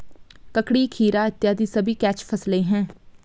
ककड़ी, खीरा इत्यादि सभी कैच फसलें हैं